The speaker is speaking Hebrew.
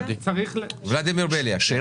יש לי שאלה,